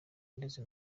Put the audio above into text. ndetse